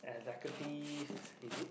executive is it